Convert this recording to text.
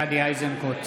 גדי איזנקוט,